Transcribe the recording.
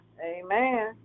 Amen